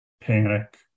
panic